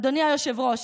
אדוני היושב-ראש,